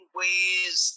ways